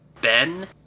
Ben